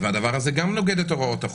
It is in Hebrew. והדבר הזה גם נוגד את הוראות החוק.